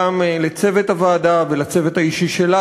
וגם לצוות הוועדה ולצוות האישי שלך.